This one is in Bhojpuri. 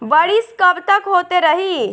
बरिस कबतक होते रही?